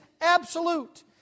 absolute